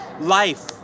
life